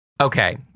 Okay